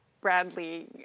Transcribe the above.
Bradley